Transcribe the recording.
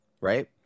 right